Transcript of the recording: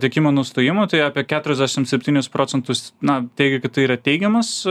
tiekimo nustojimo tai apie keturiasdešim septynis procentus na teigė kad tai yra teigiamas